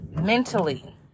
mentally